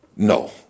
No